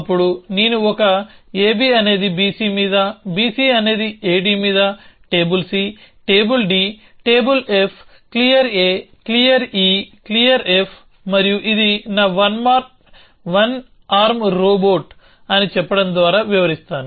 అప్పుడు నేను ఒక ab అనేది bc మీద bc అనేది ad మీద table c table d table f clear clear clear మరియు ఇది నా వన్ ఆర్మ్ రోబోట్ అని చెప్పడం ద్వారా వివరిస్తాను